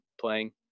playing